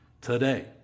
today